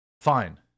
Fine